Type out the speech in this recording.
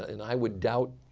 and i would doubt,